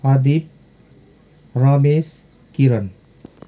अदिप Ramesh किरण